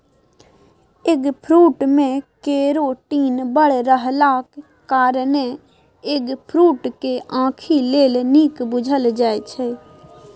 eggfruit मे carotene बड़ रहलाक कारणेँ एगफ्रुट केँ आंखि लेल नीक बुझल जाइ छै